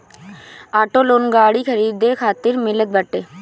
auto loan गाड़ी खरीदे खातिर मिलत बाटे